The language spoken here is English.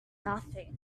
nothing